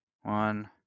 One